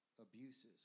abuses